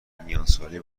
میانسالی